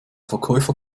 verkäufer